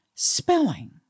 Spelling